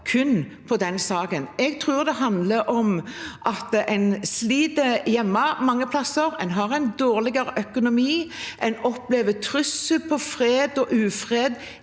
kun på den saken. Jeg tror det handler om at en sliter hjemme mange plasser. En har dårligere økonomi, en opplever trusler mot fred og ufred